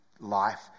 life